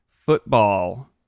Football